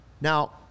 now